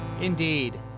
Indeed